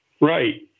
Right